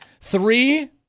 three